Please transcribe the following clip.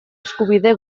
eskubide